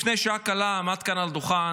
לפני שעה קלה עמד כאן על הדוכן